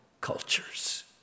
cultures